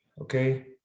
okay